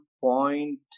point